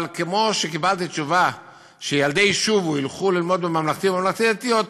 אבל כמו שקיבלתי תשובה שילדי "שובו" ילכו ללמוד בממלכתי או בממלכתי-דתי,